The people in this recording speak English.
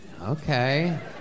Okay